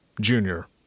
junior